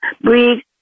breathe